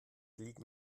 liegen